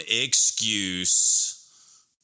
excuse